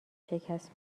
شکست